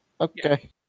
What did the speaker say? Okay